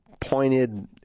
pointed